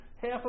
half